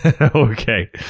okay